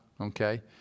okay